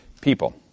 people